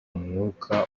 mwuka